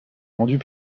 rendues